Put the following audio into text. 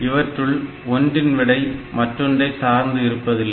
இவற்றுள் ஒன்றின் விடை மற்றொன்றை சார்ந்து இருப்பதில்லை